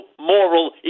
moral